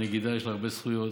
לנגידה יש הרבה זכויות,